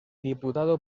diputado